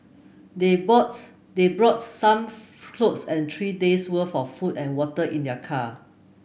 they bought they brought some clothes and three days worth of food and water in their car